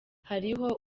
hariho